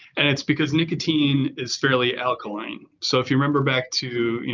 and it's because nicotine is fairly alkaline. so if you remember back to, you